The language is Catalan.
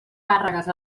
càrregues